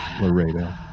Laredo